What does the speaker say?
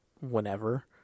whenever